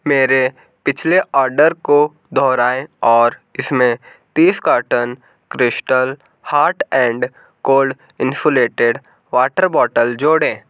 मेरे पिछले ऑर्डर को दोहराएँ और इसमें तीस carton crystal hot and cold insulated water bottle जोड़ें